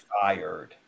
fired